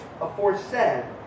aforesaid